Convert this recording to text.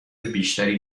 بیشتری